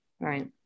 Right